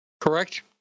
Correct